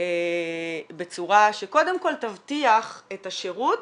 בצורה שקודם כל תבטיח את השירות,